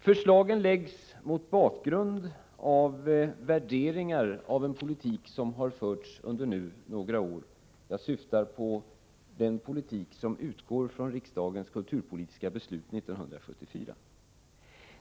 Förslagen framläggs mot bakgrund av värderingar av en politik, som har förts under några år nu. Jag syftar på den politik som utgår från riksdagens kulturpolitiska beslut 1974.